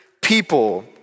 people